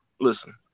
listen